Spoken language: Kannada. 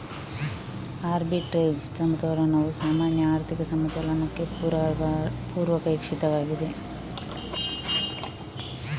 ಆರ್ಬಿಟ್ರೇಜ್ ಸಮತೋಲನವು ಸಾಮಾನ್ಯ ಆರ್ಥಿಕ ಸಮತೋಲನಕ್ಕೆ ಪೂರ್ವಾಪೇಕ್ಷಿತವಾಗಿದೆ